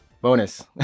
Bonus